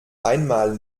einmal